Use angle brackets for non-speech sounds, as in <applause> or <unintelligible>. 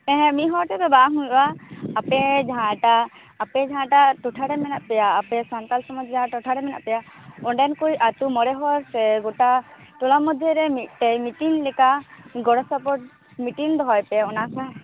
ᱦᱮᱸ ᱦᱮᱸ ᱢᱤᱫ ᱦᱚᱲ ᱛᱮᱫᱚ ᱵᱟᱝ ᱦᱩᱭᱩᱜᱼᱟ ᱟᱯᱮ ᱡᱟᱦᱟᱸ ᱴᱟᱜ ᱟᱯᱮ ᱡᱟᱦᱟᱸ ᱴᱟᱜ ᱴᱚᱴᱷᱟ ᱨᱮ ᱢᱮᱱᱟᱜ ᱯᱮᱭᱟ ᱟᱯᱮ ᱥᱟᱱᱛᱟᱽ ᱥᱚᱢᱟᱡᱽ ᱡᱟᱦᱟᱸ ᱴᱚᱴᱷᱟᱨᱮ ᱢᱮᱱᱟᱜ ᱯᱮᱭᱟ ᱚᱸᱰᱮᱱᱠᱚᱭ ᱟᱛᱳ ᱢᱚᱲᱮ ᱦᱚᱲ ᱥᱮ ᱜᱚᱴᱟ ᱴᱚᱞᱟ ᱢᱚᱫᱽᱫᱷᱚ ᱨᱮ ᱢᱤᱫᱴᱟ ᱝ ᱢᱤᱴᱤᱝ ᱞᱮᱠᱟ ᱜᱚᱲᱚ ᱥᱚᱯᱚᱦᱚᱫ ᱢᱤᱴᱤᱝ ᱫᱚᱦᱚᱭ ᱯᱮ ᱚᱱᱟᱠᱷᱟᱱ <unintelligible>